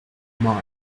mind